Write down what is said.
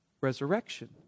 Resurrection